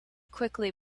quickly